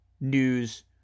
News